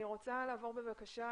אני רוצה לעבור בבקשה